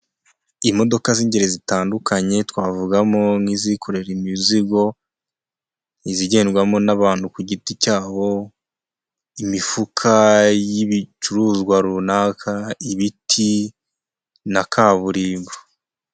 Imodoka z'ingeri zitandukanye, twavugamo nk'izikorera imizigo, izigendwamo n'abantu ku giti cyabo, imifuka y'ibicuruzwa runaka, ibiti na kaburimbo.